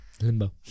Limbo